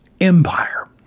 empire